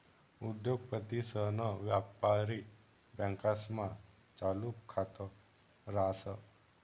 उद्योगपतीसन व्यापारी बँकास्मा चालू खात रास